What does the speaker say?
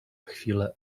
chwilę